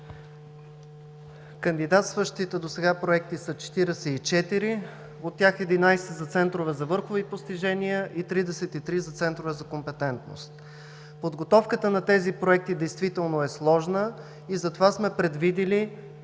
Кандидатстващите досега проекти са 44. От тях 11 са за центрове за върхови постижения и 33 за центрове за компетентност. Подготовката на тези проекти е сложна. Затова сме предвидили